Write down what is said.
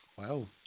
Wow